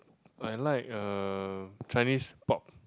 I like uh Chinese pop